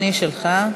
שלך.